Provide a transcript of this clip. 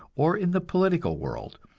or in the political world,